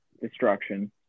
destruction